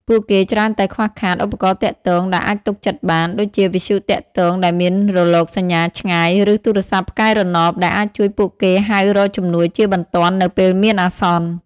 ពួកគេច្រើនតែខ្វះខាត ឧបករណ៍ទាក់ទង ដែលអាចទុកចិត្តបាន ដូចជាវិទ្យុទាក់ទងដែលមានរលកសញ្ញាឆ្ងាយ ឬទូរស័ព្ទផ្កាយរណប ដែលអាចជួយពួកគេហៅរកជំនួយជាបន្ទាន់នៅពេលមានអាសន្ន។